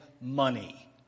money